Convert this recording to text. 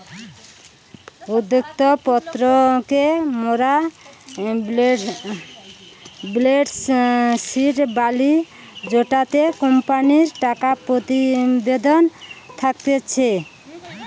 উদ্ধৃত্ত পত্র কে মোরা বেলেন্স শিট বলি জেটোতে কোম্পানির টাকা প্রতিবেদন থাকতিছে